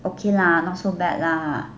okay lah not so bad lah